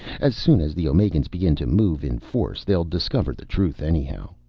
as soon as the omegans begin to move in force, they'll discover the truth anyhow.